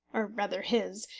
or rather his,